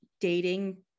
dating